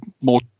more